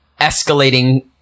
escalating